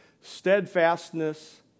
steadfastness